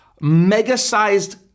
mega-sized